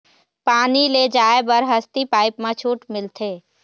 पानी ले जाय बर हसती पाइप मा छूट मिलथे?